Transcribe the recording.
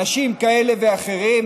אנשים כאלה ואחרים,